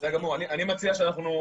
אני לא יודע כמה,